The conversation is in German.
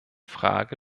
frage